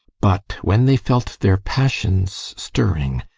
but when they felt their passions stirring,